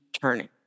turning